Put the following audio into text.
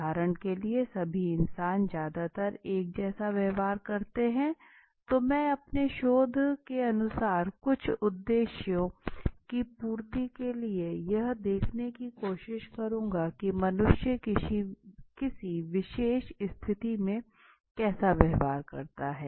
उदहारण के' लिए सभी इंसान ज्यादातर एक जैसा व्यवहार करते हैं तो मैं अपने शोध के अनुसार कुछ उद्देश्यों की पूर्ती के लिए यह देखने की कोशिश करूंगा की मनुष्य किसी विशेष स्थिति में कैसे व्यवहार करता है